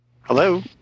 Hello